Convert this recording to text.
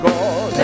God